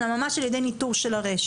אלא ממש על ידי ניטור של הרשת.